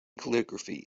calligraphy